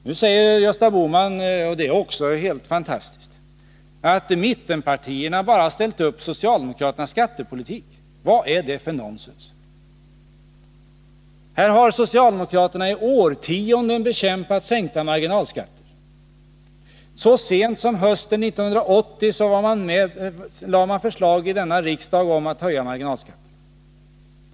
Nu säger Gösta Bohman, och det är också helt fantastiskt, att mittenpartierna bara har ställt upp på socialdemokraternas skattepolitik. Vad är det för nonsens? Här har socialdemokraterna i årtionden bekämpat sänkta marginalskatter. Så sent som hösten 1980 lade man fram förslag i denna riksdag om att höja marginalskatterna.